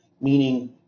Meaning